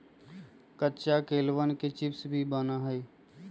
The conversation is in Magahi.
कच्चा केलवन के चिप्स भी बना हई